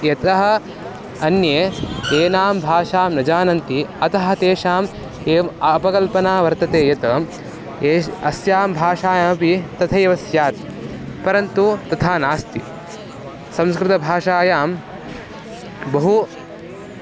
यतः अन्ये येनां भाषां न जानन्ति अतः तेषाम् एवम् अपकल्पना वर्तते यत् एषाम् अस्यां भाषायामपि तथैव स्यात् परन्तु तथा नास्ति संस्कृतभाषायां बहु